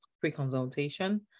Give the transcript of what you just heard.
pre-consultation